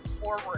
forward